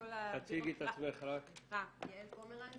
יעל פומרנץ,